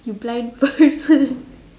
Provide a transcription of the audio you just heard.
you blind person